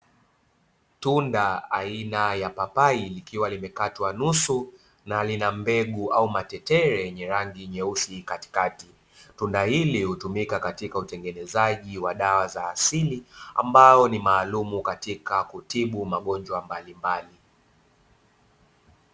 Tunda aina ya papai likiwa limekatwa nusu na lina mbegu au matetele yenye rangi nyeusi katikati, tunda hili hutumika katika tuengenezaji wa dawa za asili ambao ni maalumu katika kutibu magonjwa mbalimbali.